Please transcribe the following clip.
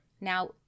Now